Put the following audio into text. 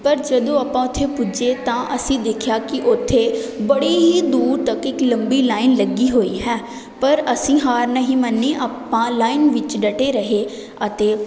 ਪਰ ਜਦੋਂ ਆਪਾਂ ਉੱਥੇ ਪੁੱਜੇ ਤਾਂ ਅਸੀਂ ਦੇਖਿਆ ਕਿ ਓਥੇ ਬੜੀ ਹੀ ਦੂਰ ਤੱਕ ਇੱਕ ਲੰਬੀ ਲਾਇਨ ਲੱਗੀ ਹੋਈ ਹੈ ਪਰ ਅਸੀਂ ਹਾਰ ਨਹੀਂ ਮੰਨੀ ਆਪਾਂ ਲਾਇਨ ਵਿੱਚ ਡਟੇ ਰਹੇ ਅਤੇ